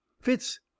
Fitz